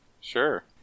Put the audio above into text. Sure